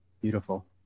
beautiful